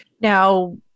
Now